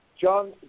John